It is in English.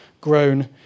grown